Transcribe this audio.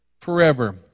forever